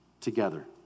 together